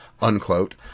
unquote